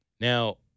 Now